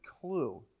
clue